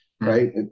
Right